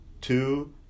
two